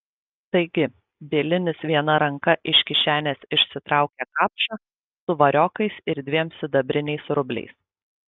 taigi bielinis viena ranka iš kišenės išsitraukė kapšą su variokais ir dviem sidabriniais rubliais